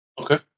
Okay